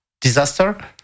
Disaster